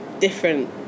different